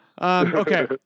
okay